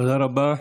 תודה רבה.